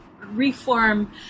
reform